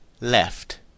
left